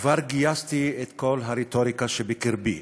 כבר גייסתי את כל הרטוריקה שבקרבי,